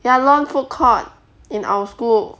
ya lawn foodcourt in our school